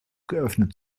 geöffnet